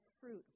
fruit